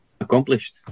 accomplished